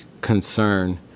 concern